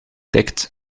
tikt